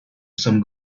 some